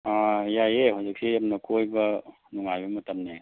ꯑꯥ ꯌꯥꯏꯌꯦ ꯍꯧꯖꯤꯛꯁꯤ ꯌꯥꯝꯅ ꯀꯣꯏꯕ ꯅꯨꯡꯉꯥꯏꯕ ꯃꯇꯝꯅꯦ